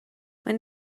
maen